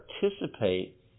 participate